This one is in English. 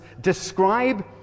describe